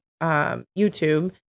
YouTube